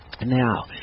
Now